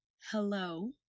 hello